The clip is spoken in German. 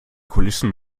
kulissen